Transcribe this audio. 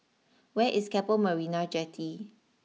where is Keppel Marina Jetty